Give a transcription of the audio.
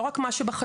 לא רק מה שבחדשות.